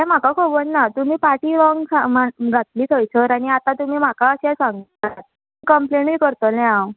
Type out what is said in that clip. तें म्हाका खबर ना तुमी पाटी रोंग मा घातली थंयसर आनी आतां तुमी म्हाका अशें सांगता कंप्लेनूय करतलें हांव